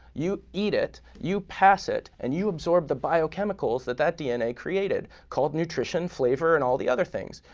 you eat it, you pass it, and you absorb the biochemicals that that dna created called nutrition, flavor, and all the other things.